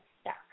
stuck